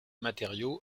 matériaux